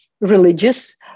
religious